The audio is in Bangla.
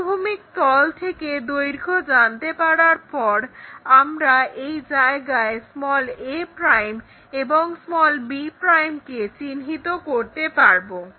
অনুভূমিক তল থেকে দৈর্ঘ্য জানতে পারার পর আমরা এই জায়গায় a' এবং b' কে চিহ্নিত করতে পারবো